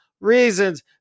reasons